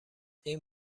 این